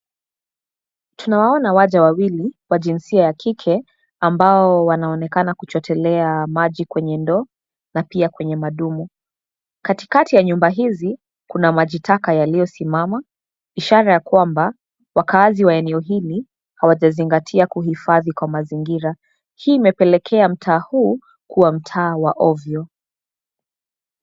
Tunawaona waja wawili wa jinsia ya kike, ambao wanaonekana kuchotelea maji kwenye ndoo, na pia kwenye madumu, katikati ya nyumba hizi, kuna maji taka yaliyosimama, ishara ya kwamba, wakaazi wa eneo hili, hawajazingatia kuhifadhi kwa mazingira, hii imepelekea mtaa huu, kuwa mtaa wa ovyo.